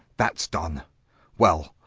that's done well,